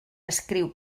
escriu